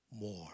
more